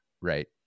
Right